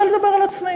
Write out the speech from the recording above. אני רוצה לדבר על עצמי: